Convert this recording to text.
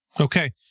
Okay